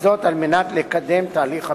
על מנת לקדם את תהליך הבדיקה.